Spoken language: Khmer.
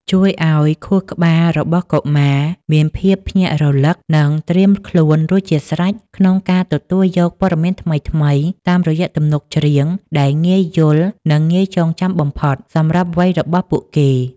ជួយឱ្យខួរក្បាលរបស់កុមារមានភាពភ្ញាក់រលឹក និងត្រៀមខ្លួនរួចជាស្រេចក្នុងការទទួលយកព័ត៌មានថ្មីៗ តាមរយៈទំនុកច្រៀងដែលងាយយល់ និងងាយចងចាំបំផុតសម្រាប់វ័យរបស់ពួកគេ។